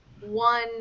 one